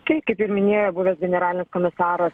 tai kaip ir minėjo buvęs generalinis komisaras